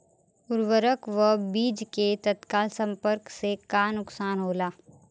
उर्वरक व बीज के तत्काल संपर्क से का नुकसान होला?